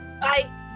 Bye